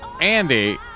Andy